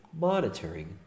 monitoring